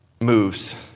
moves